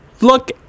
Look